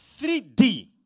3D